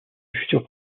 futur